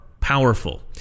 powerful